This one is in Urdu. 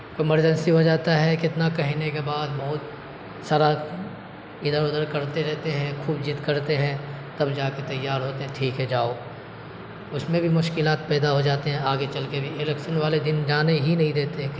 امرجنسی ہو جاتا ہے کتنا کہنے کے بعد بہت سارا ادھر ادھر کرتے رہتے ہیں خوب ضد کرتے ہیں تب جا کے تیار ہوتے ہیں ٹھیک ہے جاؤ اس میں بھی مشکلات پیدا ہو جاتے ہیں آگے چل کے بھی الیکشن والے دن جانے ہی نہیں دیتے ہیں کہیں